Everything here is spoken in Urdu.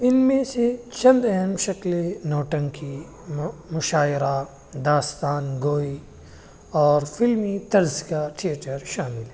ان میں سے چند اہم شکلیں نوٹنکی مشاعرہ داستان گوئی اور فلمی طرز کا تھئیٹر شامل ہے